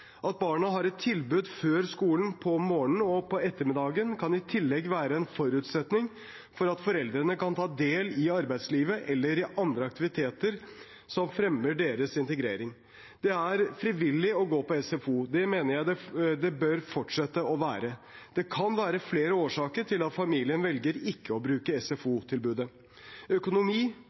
At barna har et tilbud før skolen om morgenen og om ettermiddagen, kan i tillegg være en forutsetning for at foreldrene kan ta del i arbeidslivet eller i andre aktiviteter som fremmer deres integrering. Det er frivillig å gå på SFO. Det mener jeg det bør fortsette å være. Det kan være flere årsaker til at en familie velger ikke å bruke SFO-tilbudet. Økonomi